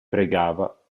pregava